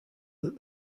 that